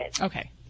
okay